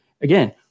Again